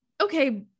okay